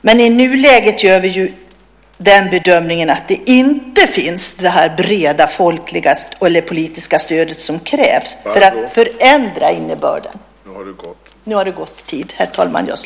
Men i nuläget gör vi bedömningen att det breda folkliga politiska stöd som krävs för att förändra innebörden inte finns.